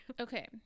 okay